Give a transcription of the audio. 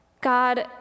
God